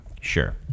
sure